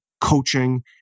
Coaching